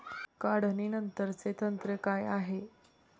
काढणीनंतरचे तंत्र काय आहे?